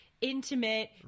intimate